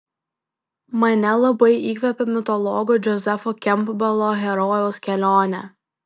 mane labai įkvepia mitologo džozefo kempbelo herojaus kelionė